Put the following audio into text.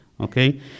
okay